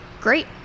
Great